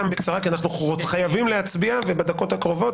גם בקצרה כי אנחנו חייבים להצביע ובדקות הקרובות,